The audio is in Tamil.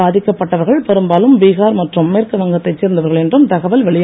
பாதிக்கப் பட்டவர்கள் பெரும்பாலும் பீஹார் மற்றும் மேற்குவங்கத்தைச் சேர்ந்தவர்கள் என்றும் தகவல் வெளியாயுள்ளது